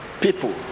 people